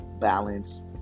balance